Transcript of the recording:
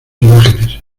imágenes